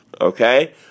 okay